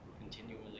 continually